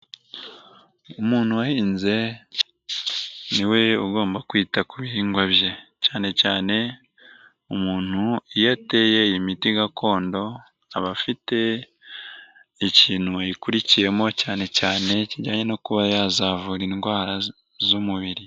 Umuntu wahinze ni we ugomba kwita ku bihingwa bye, cyane cyane umuntu iyo ateye imiti gakondo, aba afite ikintu ayikurikiyemo, cyane cyane kijyanye no kuba yazavura indwara z'umubiri.